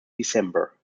december